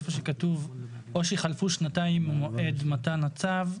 איפה שכתוב: "או שחלפו שנתיים ממועד מתן הצו",